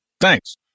Thanks